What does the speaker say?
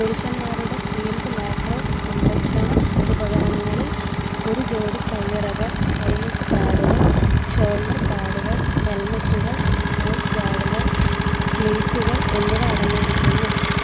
പുരുഷന്മാരുടെ field lacrosse സംരക്ഷണ ഉപകരണങ്ങളിൽ ഒരു ജോഡി കയ്യുറകൾ കൈമുട്ട് പാഡുകൾ ഷോൾഡർ പാഡുകൾ ഹെൽമെറ്റുകൾ മൗത്ത് ഗാർഡുകൾ ക്ലീറ്റുകൾ എന്നിവ അടങ്ങിയിരിക്കുന്നു